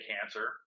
cancer